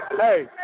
Hey